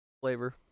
flavor